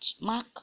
Mark